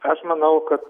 aš manau kad